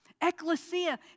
Ecclesia